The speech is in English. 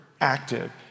active